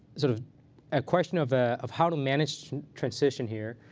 sort of ah question of ah of how to manage transition here.